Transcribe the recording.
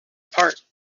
apart